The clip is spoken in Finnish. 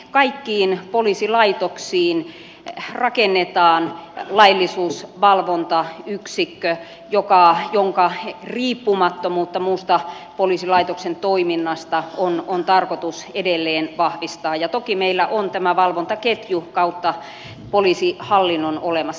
kaikkiin poliisilaitoksiin rakennetaan laillisuusvalvontayksikkö jonka riippumattomuutta muusta poliisilaitoksen toiminnasta on tarkoitus edelleen vahvistaa ja toki meillä on tämä valvontaketju kautta poliisihallinnon olemassa